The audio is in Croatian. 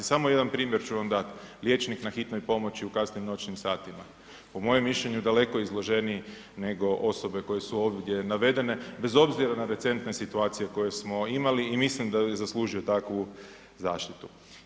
Samo jedan primjer ću vam dati, liječnik na hitnoj pomoći u kasnim noćnim satima, po mojem mišljenju, daleko izloženiji nego osobe koje su ovdje navedene, bez obzira na recentne situacije koje smo imali i mislim da zaslužuje takvu zaštitu.